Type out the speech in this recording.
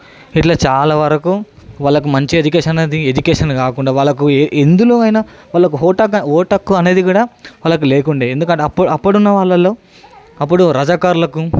ఇట్లా చాలావరకు వాళ్లకు మంచి ఎడ్యుకేషన్ అనేది ఎడ్యుకేషన్ కాకుండా వాళ్లకు ఎం ఎందులో అయినా వాళ్లకు ఓటు హక్కు ఓటు హక్కు అనేది కూడా వాళ్ళకు లేకుండే ఎందుకంటే అప్పుడు అప్పుడున్న వాళ్ళల్లో అప్పుడు రజాక్కర్లకు